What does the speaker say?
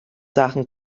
sachen